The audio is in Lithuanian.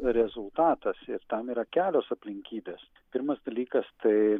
rezultatas ir tam yra kelios aplinkybės pirmas dalykas tai